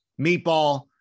meatball